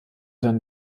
dann